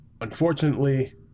Unfortunately